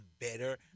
better